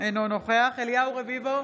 אינו נוכח אליהו רביבו,